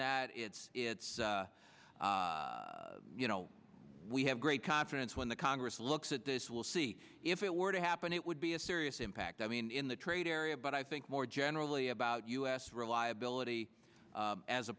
that it's it's you know we have great confidence when the congress looks at this will see if it were to happen it would be a serious impact i mean in the trade area but i think more generally about u s reliability as a